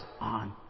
on